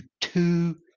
two